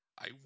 I